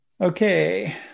Okay